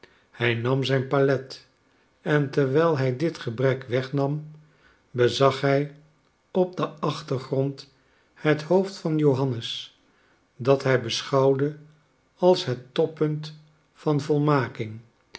hij nam zijn palet en terwijl hij dit gebrek wegnam bezag hij op den achtergrond het hoofd van johannes dat hij beschouwde als het toppunt van volmaking